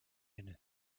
inne